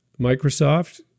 Microsoft